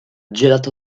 gelato